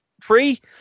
free